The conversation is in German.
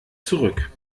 zurück